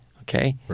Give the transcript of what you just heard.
Okay